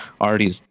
already